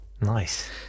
Nice